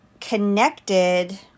connected